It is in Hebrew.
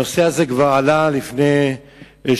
הנושא הזה כבר עלה לפני שבועיים,